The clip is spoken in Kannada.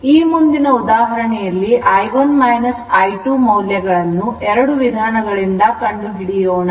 ಈ ಮುಂದಿನ ಉದಾಹರಣೆಯಲ್ಲಿ i1 i2 ಮೌಲ್ಯವನ್ನು ಎರಡು ವಿಧಾನಗಳಿಂದ ಕಂಡುಹಿಡಿಯೋಣ